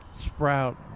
sprout